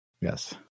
Yes